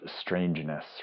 strangeness